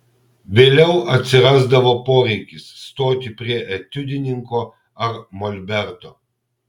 vėliau atsirasdavo poreikis stoti prie etiudininko ar molberto